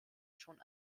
schon